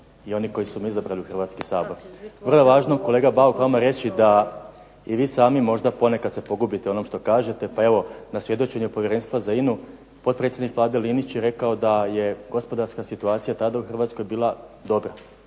i oni koji su me izabrali u Hrvatski sabor. Vrlo je važno kolega Bauk vama reći da i vi sami možda ponekad se pogubite u onom što kažete, pa evo na svjedočenju povjerenstva za INA-u potpredsjednik Vlade Linić je rekao da je gospodarska situacija tada u Hrvatskoj bila dobra,